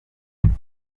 trump